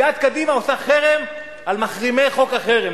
סיעת קדימה עושה חרם על מחרימי חוק החרם.